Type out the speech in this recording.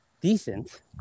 decent